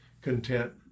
content